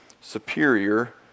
superior